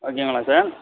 ஓகேங்களா சார்